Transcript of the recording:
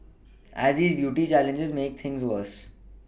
as these beauty challenges make things worse